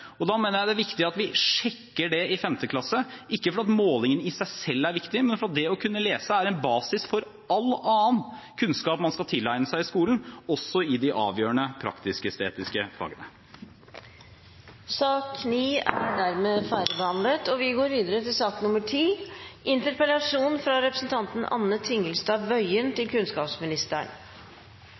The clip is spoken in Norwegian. Da mener jeg det er viktig at vi sjekker det i 5. klasse – ikke fordi målingen i seg selv er viktig, men fordi det å kunne lese er en basis for all annen kunnskap man skal tilegne seg i skolen, også i de avgjørende praktisk-estetiske fagene. Sak nr. 9 er dermed ferdigbehandlet. Vi fødes nysgjerrige og kreative, og for at vi